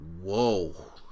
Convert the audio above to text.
Whoa